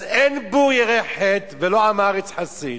אז אין בור ירא חטא ולא עם הארץ חסיד.